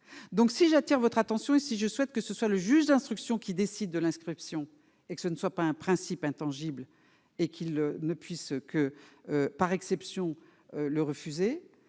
donc si j'attire votre attention et si je souhaite que ce soit le juge d'instruction qui décide de l'inscription et que ce ne soit pas un principe intangible et qu'il ne puisse que par exception le refuser,